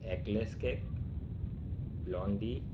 एक्लेस cake Blondie